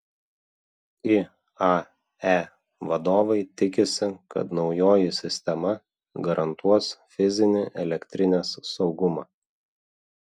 iae vadovai tikisi kad naujoji sistema garantuos fizinį elektrinės saugumą